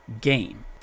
game